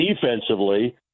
defensively